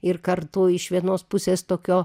ir kartu iš vienos pusės tokio